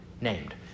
named